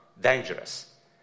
dangerous